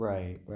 Right